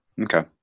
Okay